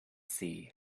see